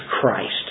Christ